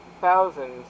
thousands